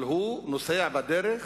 הוא נוסע בדרך